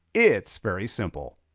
it's very simple.